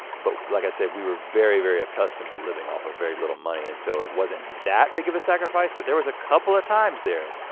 but like i said, we were very, very accustomed to living off a very little money. and so it wasn't that big of a sacrifice but there was a couple of times there,